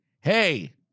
hey